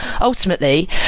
ultimately